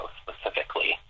specifically